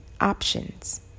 options